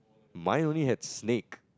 mine only have snake